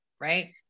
right